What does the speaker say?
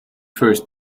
first